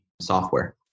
software